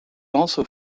also